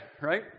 right